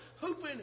hooping